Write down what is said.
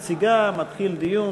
את מציגה, מתחיל דיון.